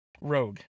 Rogue